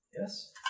Yes